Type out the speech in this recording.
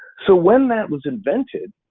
so when that was invented,